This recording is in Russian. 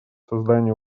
созданию